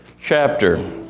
chapter